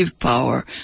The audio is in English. power